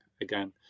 again